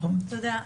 תודה.